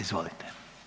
Izvolite.